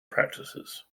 practices